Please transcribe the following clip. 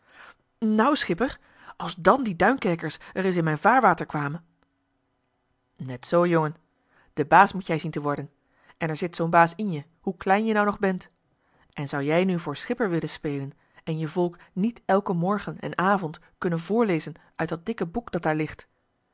nou schipper als dàn die duinkerkers ereis in m'n vaarwater kwamen net zoo jongen de baas moet jij zien te worden en er zit zoo'n baas in je hoe klein je nou nog bent en zou jij nu voor schipper willen spelen en je volk niet elken morgen en avond kunnen voorlezen uit dat dikke boek dat daar ligt